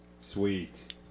Sweet